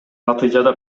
натыйжада